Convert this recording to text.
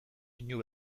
pinu